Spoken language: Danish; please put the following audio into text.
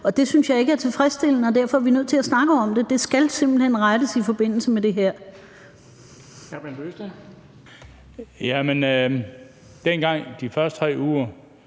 Det synes jeg ikke er tilfredsstillende, og derfor er vi nødt til at snakke om det. Det skal simpelt hen rettes i forbindelse med det her. Kl. 12:58 Den fg.